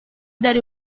dari